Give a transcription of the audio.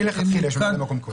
מלכתחילה יש ממלא-מקום קבוע.